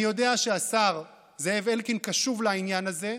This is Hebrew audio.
אני יודע שהשר זאב אלקין קשוב לעניין הזה.